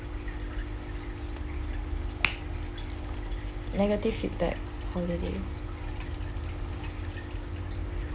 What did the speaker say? negative feedback holiday